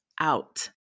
out